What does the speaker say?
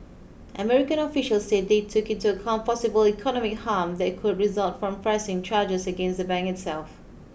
American officials said they took into account possible economy harm that could result from pressing charges against the bank itself